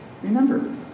Remember